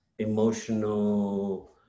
emotional